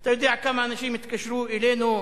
אתה יודע כמה אנשים התקשרו אלינו?